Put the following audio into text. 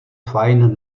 fajn